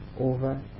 over